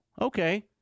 okay